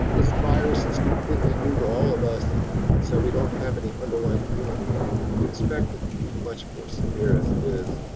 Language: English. this virus is completely new to all of us and so we don't have any underlying immunity. and you would expect it to be much more severe as it is.